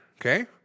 okay